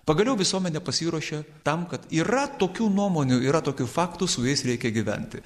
pagaliau visuomenė pasiruošė tam kad yra tokių nuomonių yra tokių faktų su jais reikia gyventi